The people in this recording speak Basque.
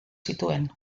zituen